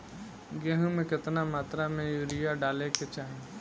गेहूँ में केतना मात्रा में यूरिया डाले के चाही?